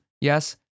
Yes